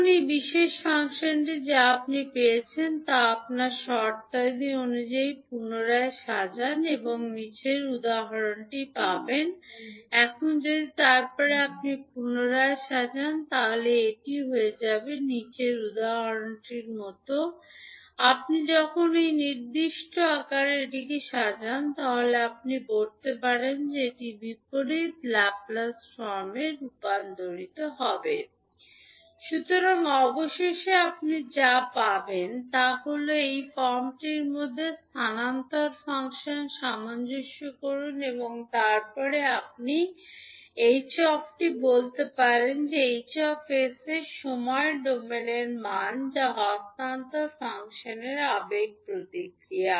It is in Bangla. এখন এই বিশেষ ফাংশনটি যা আপনি পেয়েছেন আপনি যদি এই শর্তাদি পুনরায় সাজান আপনি কেবল এটিকে লিখতে পারেন এখন আপনি যদি পুনরায় সাজান এটি হয়ে যাবে আপনি যখন এই নির্দিষ্ট আকারে এটি সাজান আপনি কী বলতে পারেন যে বিপরীত ল্যাপ্লেস রূপান্তর করে সুতরাং অবশেষে আপনি যা পাবেন তা হল এই ফর্মটির মধ্যে স্থানান্তর ফাংশন সামঞ্জস্য করুন এবং তারপরে আপনি h 𝑡 বলতে পারেন যে H 𝑠 এর সময় ডোমেন মান যা হস্তান্তর ফাংশনের আবেগ প্রতিক্রিয়া